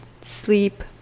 sleep